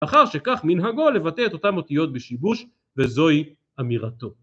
‫מאחר שכך מנהגו לבטא את אותם ‫אותיות בשיבוש, וזוהי אמירתו.